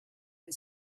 and